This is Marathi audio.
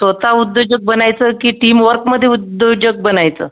स्वत उद्योजक बनायचं की टीमवर्कमध्ये उद्योजक बनायचं